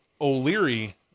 O'Leary